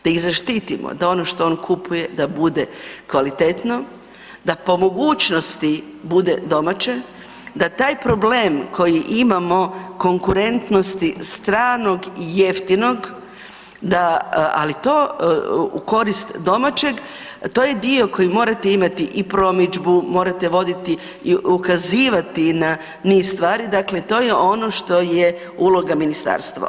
Da ih zaštitimo, da ono što on kupuje, da bude kvalitetno, da po mogućnosti bude domaće, da taj problem koji imamo, konkurentnosti stranog jeftinog, da, ali to u korist domaćeg, to je dio koji morate imate i promidžbu, morate voditi i ukazivati na niz stvari, dakle to je ono što je uloga ministarstva.